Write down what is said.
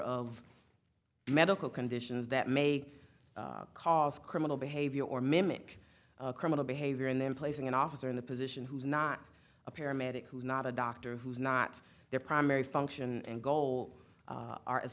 of medical conditions that may cause criminal behavior or mimic criminal behavior and then placing an officer in the position who's not a paramedic who's not a doctor who's not their primary function and goal are as